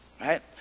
right